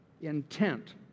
intent